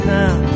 now